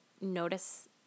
notice